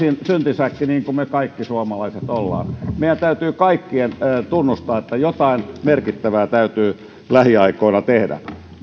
syntisäkki niin kuin me kaikki suomalaiset olemme meidän kaikkien täytyy tunnustaa että jotain merkittävää täytyy lähiaikoina tehdä